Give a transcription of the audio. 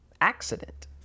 accident